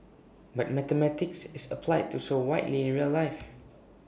but mathematics is applied so widely in real life